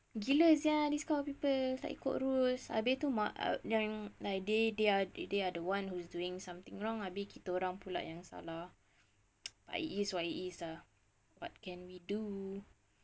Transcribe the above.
gila sia this kind of people like tak ikut rules abeh yang like they they are they they are the one who's doing something wrong abeh kita orang pula yang salah but it is what it is lah what can we do